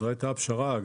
זו הייתה הפשרה.